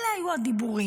אלו היו הדיבורים.